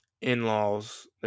in-laws